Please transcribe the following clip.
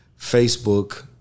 facebook